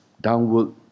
downward